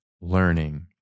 learning